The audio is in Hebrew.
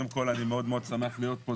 אני מאוד מאוד שמח להיות כאן.